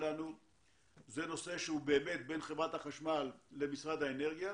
מדינת ישראל